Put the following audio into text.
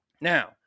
now